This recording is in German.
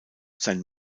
sein